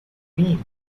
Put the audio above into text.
been